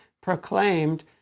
proclaimed